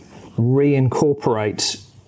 reincorporate